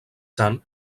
sant